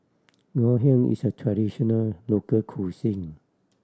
Ngoh Hiang is a traditional local cuisine